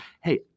Hey